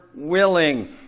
willing